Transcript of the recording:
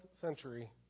century